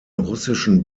russischen